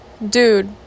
Dude